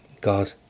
God